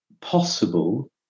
possible